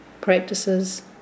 practices